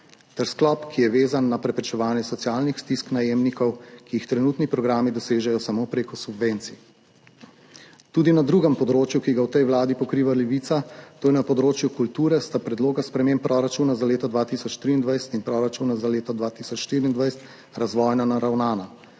ter sklop, ki je vezan na preprečevanje socialnih stisk najemnikov, ki jih trenutni programi dosežejo samo prek subvencij. Tudi na drugem področju, ki ga v tej vladi pokriva Levica, to je na področju kulture, sta predloga sprememb proračuna za leto 2023 in proračuna za leto 2024 razvojno naravnana.